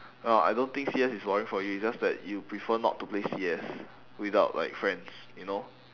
well I don't think C_S is boring for you it's just that you prefer not to play C_S without like friends you know